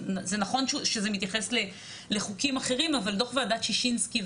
זה נכון שזה מתייחס לחוקים אחרים אבל דוח ועדת שישינסקי,